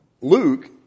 Luke